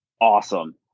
awesome